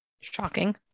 Shocking